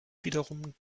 wiederum